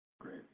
Great